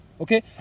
okay